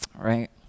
right